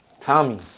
Tommy